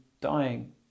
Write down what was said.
dying